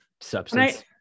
substance